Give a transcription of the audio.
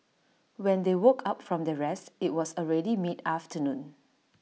when they woke up from their rest IT was already mid afternoon